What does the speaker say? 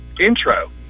intro